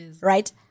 right